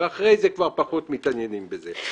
ואחר כך כבר פחות התעניינו בזה.